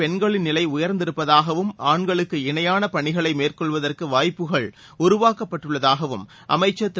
பென்களின் நிலைஉயர்ந்திருப்பதாகவும் ராணுவத்தில் ஆண்களுக்கு இணையானபனிகளைமேற்கொள்வதற்குவாய்ப்புகள் உருவாக்கப்பட்டுள்ளதாகஅமைச்சர் திரு